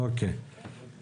הם